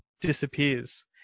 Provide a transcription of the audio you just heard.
disappears